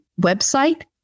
website